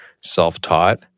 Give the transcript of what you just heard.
self-taught